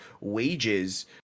wages